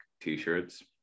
t-shirts